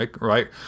right